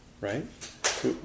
right